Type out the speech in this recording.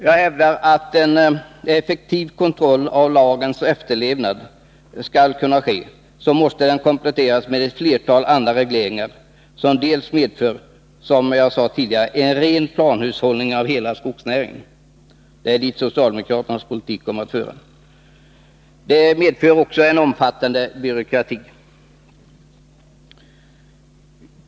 Vi hävdar att en effektiv kontroll av lagens efterlevnad förutsätter att den kompletteras med ett flertal regler som dels medför ren planhushållning för hela skogsnäringen — det är dit socialdemokraternas politik kommer att föra —, dels medför omfattande byråkrati.